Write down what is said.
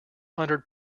hundred